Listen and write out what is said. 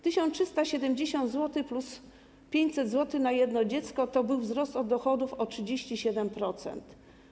1370 zł plus 500 zł na jedno dziecko to był wzrost dochodów o 37%.